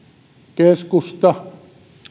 keskusta